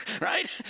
right